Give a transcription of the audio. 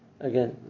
Again